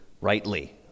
rightly